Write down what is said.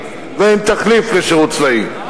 ואין תחליף לשירות צבאי.